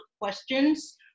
questions